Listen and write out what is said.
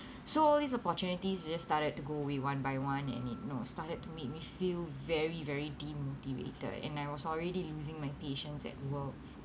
so all these opportunities just started to go away one by one and it all started to make me feel very very demotivated and I was already losing my patience at work